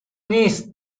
نیست